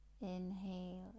inhale